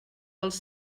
als